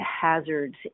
hazards